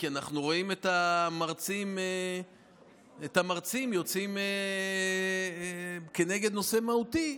כי אנחנו רואים את המרצים יוצאים כנגד נושא מהותי,